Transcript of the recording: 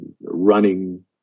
running